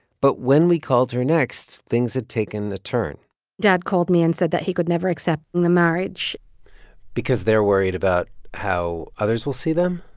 but when we called her next, things had taken a turn dad called me and said that he could never accept the marriage because they're worried about how others will see them?